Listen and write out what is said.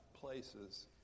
places